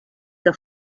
que